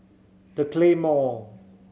The Claymore